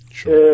Sure